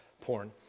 porn